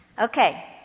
Okay